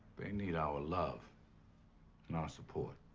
they need our love and our support.